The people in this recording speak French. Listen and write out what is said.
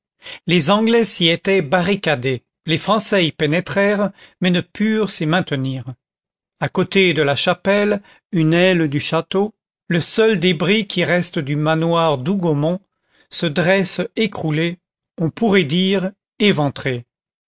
les anglais s'y étaient barricadés les français y pénétrèrent mais ne purent s'y maintenir à côté de la chapelle une aile du château le seul débris qui reste du manoir d'hougomont se dresse écroulée on pourrait dire éventrée